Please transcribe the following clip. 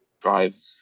drive